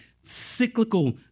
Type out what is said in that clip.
cyclical